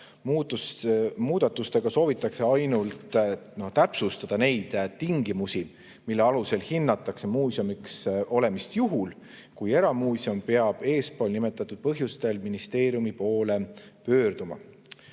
Muudatustega soovitakse täpsustada ainult neid tingimusi, mille alusel hinnatakse muuseumiks olemist juhul, kui eramuuseum peab eespool nimetatud põhjustel ministeeriumi poole pöörduma.